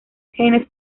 genes